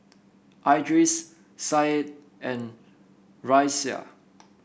Idris Said and Raisya